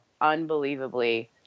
unbelievably